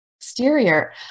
exterior